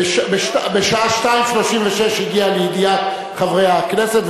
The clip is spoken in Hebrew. בשעה 14:36 זה הגיע לידיעת חברי הכנסת,